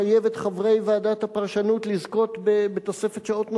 יחייב את חברי ועדת הפרשנות לזכות בתוספת שעות נוספות.